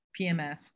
PMF